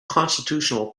constitutional